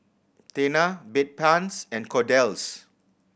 Tena Bedpans and Kordel's